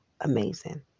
amazing